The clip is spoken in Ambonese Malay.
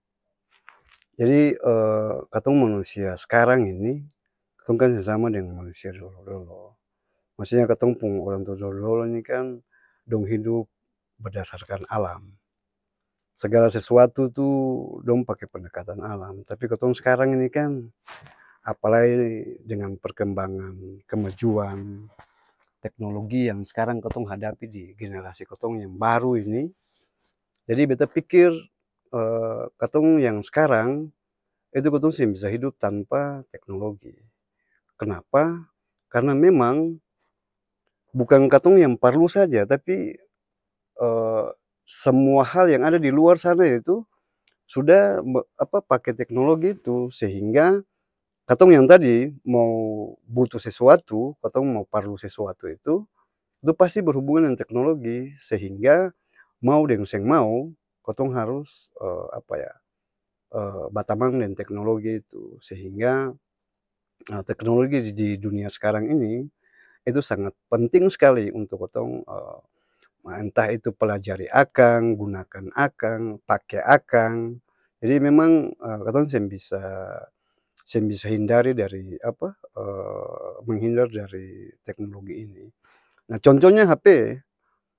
jadi katong manusia s'karang ini, katong kan seng sama deng manusia dolo-dolo, maksudnya katong pung orang tua-tua dolo-dolo ni kan, dong hidup berdasarkan alam, segala sesuatu tu dong pake pendekatan alam tapi katong s'karang ini kan, apalai dengan perkembangan, kemajuan, teknologi yang s'karang kotong hadapi di generasi kotong yang baru ini, jadi beta pikir katong yang s'karang itu kotong seng bisa hidup tanpa teknologi, kenapa? Karna memang, bukang katong yang parlu saja tapi, semua hal yang ada di luar sana itu, sudah apa pake teknologi itu sehingga, katong yang tadi mau butuh sesuatu katong mo parlu sesuatu itu, itu pasti berhubungan dengan teknologi sehingga, mau deng seng mau, kotong harus batamang deng teknologi itu, sehingga aa teknologi di dunia s'karang ini, itu sangat penting s'kali untuk kotong entah itu pelajari akang, gunakan akang, pake akang, jadi memang katong seng bisa seng bisa hindari dari apa? menghindar dari teknologi ini, nah contoh nya hape.